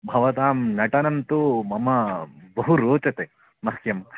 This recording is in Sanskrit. भवतां नटनन्तु मम बहु रोचते मह्यं